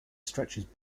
stretches